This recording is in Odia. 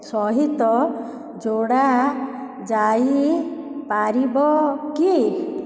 ସହିତ ଯୋଡ଼ା ଯାଇପାରିବ କି